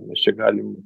mes čia galim